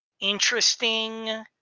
interesting